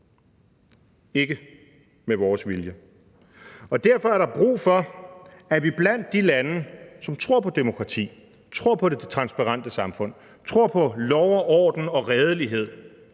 Ikke med vores vilje. Derfor er der brug for, at de lande, som tror på demokrati, tror på det transparente samfund og tror på lov og orden og redelighed,